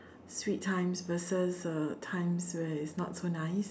sweet times versus uh times where it's not so nice